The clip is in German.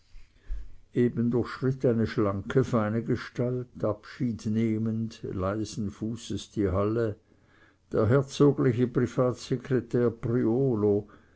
eben durchschritt eine schlanke feine gestalt abschiednehmend leisen fußes die halle der herzogliche privatsekretär priolo